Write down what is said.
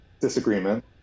disagreement